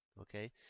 okay